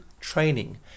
training